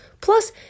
Plus